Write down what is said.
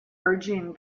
urging